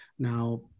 Now